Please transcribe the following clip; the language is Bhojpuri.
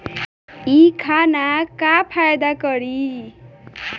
इ खाना का फायदा करी